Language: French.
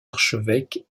archevêque